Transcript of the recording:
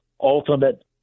ultimate